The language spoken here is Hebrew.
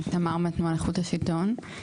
תמר, מהתנועה לאיכות השלטון.